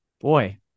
Boy